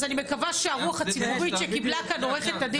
אז אני מקווה שהרוח הציבורית שקיבלה כאן עורכת הדין,